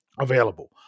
available